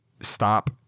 stop